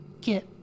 Get